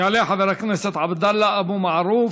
יעלה חבר הכנסת עבדאללה אבו מערוף,